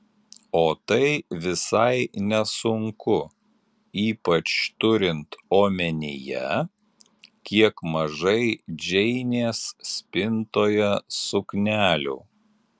o tai visai nesunku ypač turint omenyje kiek mažai džeinės spintoje suknelių